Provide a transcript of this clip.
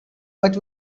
but